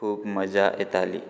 खूब मजा येताली